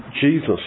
Jesus